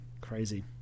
Crazy